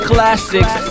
Classics